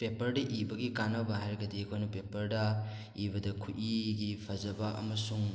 ꯄꯦꯄꯔꯗ ꯏꯕꯒꯤ ꯀꯥꯟꯅꯕ ꯍꯥꯏꯔꯒꯗꯤ ꯑꯩꯈꯣꯏꯅ ꯄꯦꯄꯔꯗ ꯏꯕꯗ ꯈꯠꯏꯒꯤ ꯐꯖꯕ ꯑꯃꯁꯨꯡ